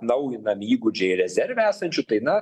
naujinami įgūdžiai rezerve esančių tai na